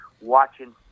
watching